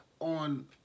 on